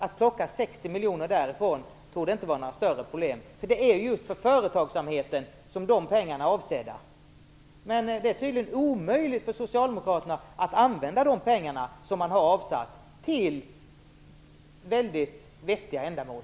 Att plocka 60 miljoner därifrån torde inte vara något större problem, för det är ju just för företagsamheten som dessa pengar är avsedda. Men det är tydligen omöjligt för Socialdemokraterna att använda de avsatta pengarna till väldigt vettiga ändamål.